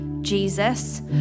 Jesus